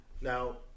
Now